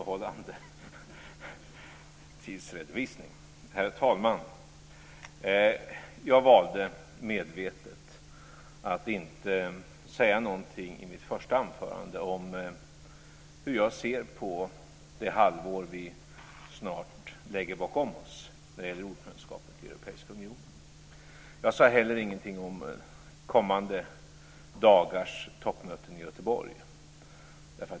Herr talman! Jag valde medvetet att inte säga någonting i mitt första anförande om hur jag ser på det halvår vi snart lägger bakom oss när det gäller ordförandeskapet i den europeiska unionen. Jag sade heller ingenting om kommande dagars toppmöten i Göteborg.